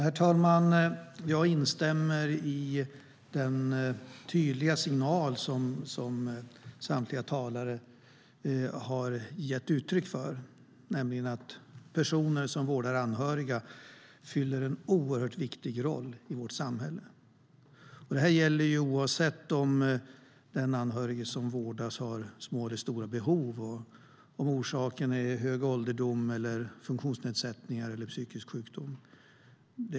Herr talman! Jag instämmer i den tydliga signal som samtliga talare har gett uttryck för, nämligen att personer som vårdar anhöriga fyller en oerhört viktig roll i vårt samhälle. Det gäller oavsett om den anhörige som vårdas har små eller stora behov, om orsaken är hög ålder, funktionsnedsättningar eller psykisk sjukdom.